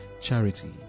charity